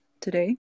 today